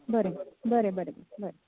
बरें बरें बरें बरें